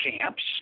camps